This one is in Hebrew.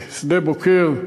בשדה-בוקר,